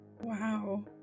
Wow